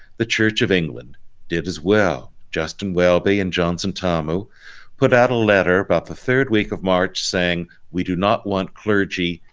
the church of england did as well. justin welby and johnson tommo put out a letter about the third week of march saying we do not want clergy,